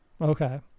Okay